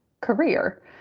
career